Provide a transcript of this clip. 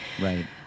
Right